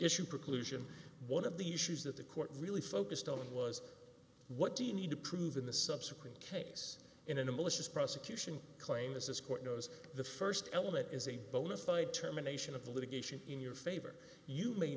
issue preclusion one of the issues that the court really focused on was what do you need to prove in the subsequent case in a malicious prosecution claim this is court knows the first element is a bona fide terminations of the litigation in your favor you may